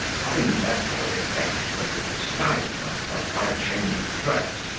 having therefore effectually disguised myself by a change of dress,